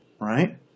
Right